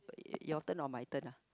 your turn or my turn ah